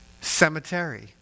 Cemetery